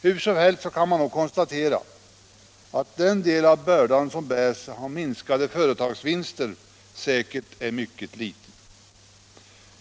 Hur som helst kan man nog konstatera att den del av bördan som bärs genom minskade företagsvinster säkert är mycket liten.